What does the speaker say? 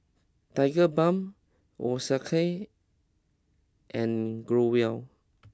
Tigerbalm Osteocare and Growell